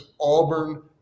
Auburn